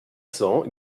cents